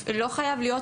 מדובר פה